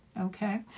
Okay